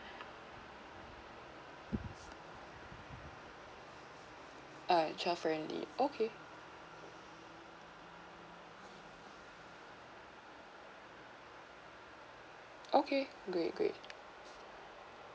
uh child-friendly okay okay great great